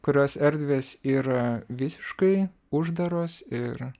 kurios erdvės yra visiškai uždaros ir